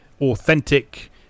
authentic